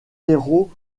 héros